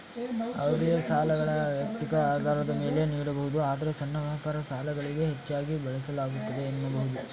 ಅವಧಿಯ ಸಾಲಗಳನ್ನ ವೈಯಕ್ತಿಕ ಆಧಾರದ ಮೇಲೆ ನೀಡಬಹುದು ಆದ್ರೆ ಸಣ್ಣ ವ್ಯಾಪಾರ ಸಾಲಗಳಿಗೆ ಹೆಚ್ಚಾಗಿ ಬಳಸಲಾಗುತ್ತೆ ಎನ್ನಬಹುದು